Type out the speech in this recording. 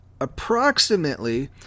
approximately